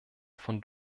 von